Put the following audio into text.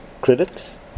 critics